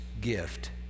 gift